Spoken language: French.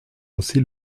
aussi